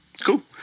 cool